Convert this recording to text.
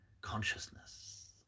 consciousness